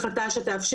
אנחנו מכירים,